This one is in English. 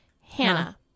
Hannah